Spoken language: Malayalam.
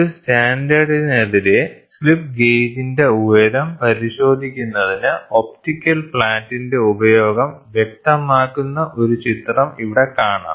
ഒരു സ്റ്റാൻഡേർഡിനെതിരെ സ്ലിപ്പ് ഗേജിന്റെ ഉയരം പരിശോധിക്കുന്നതിന് ഒപ്റ്റിക്കൽ ഫ്ലാറ്റിന്റെ ഉപയോഗം വ്യക്തമാക്കുന്ന ഒരു ചിത്രം ഇവിടെ കാണാം